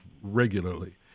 regularly